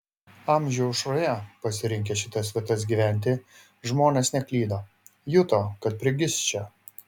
amžių aušroje pasirinkę šitas vietas gyventi žmonės neklydo juto kad prigis čia